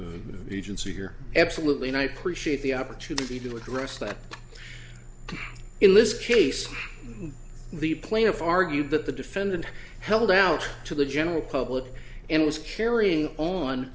agency here absolutely night appreciate the opportunity to address that in this case the plaintiff argued that the defendant held out to the general public and was carrying on